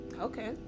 Okay